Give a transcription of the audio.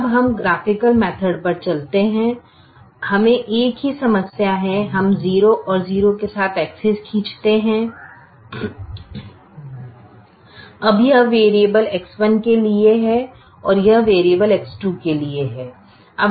अब हम graphical method पर चलते हैं हमें एक ही समस्या है हम 0 और 0 के साथ एक्सिस खींचते हैं अब यह वेरिएबल X1 के लिए है और यह वेरिएबल X2 के लिए है